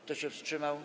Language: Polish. Kto się wstrzymał?